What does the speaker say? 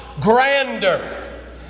grander